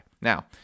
Now